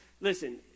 listen